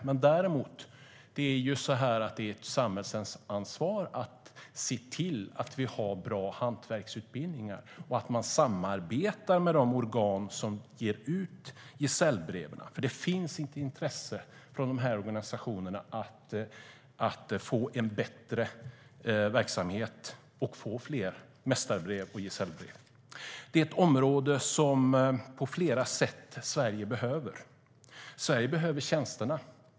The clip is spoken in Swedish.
Men det är ett samhällsansvar att se till att vi har bra hantverksutbildningar och att man samarbetar med de organ som ger ut gesällbreven. Det finns ett intresse från de här organisationerna av att få en bättre verksamhet med fler mästarbrev och gesällbrev. Detta är ett område som Sverige behöver på flera sätt. Sverige behöver tjänsterna.